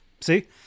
See